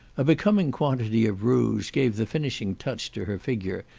a becoming quantity of rouge gave the finishing touch to her figure,